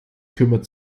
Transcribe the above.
kümmert